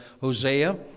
Hosea